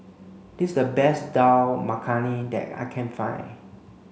this is the best Dal Makhani that I can find